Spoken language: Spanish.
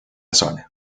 zona